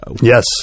Yes